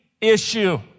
issue